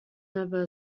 never